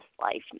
life